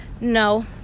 No